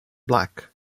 black